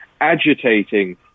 agitating